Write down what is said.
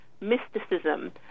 mysticism